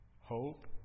hope